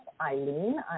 Eileen